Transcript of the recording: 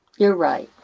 you're right.